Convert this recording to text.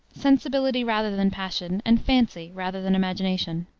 sensibility rather than passion, and fancy rather than imagination.